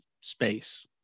space